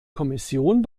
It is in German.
kommission